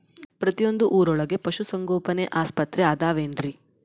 ಪ್ರತಿಯೊಂದು ಊರೊಳಗೆ ಪಶುಸಂಗೋಪನೆ ಆಸ್ಪತ್ರೆ ಅದವೇನ್ರಿ?